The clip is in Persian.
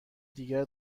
دیگر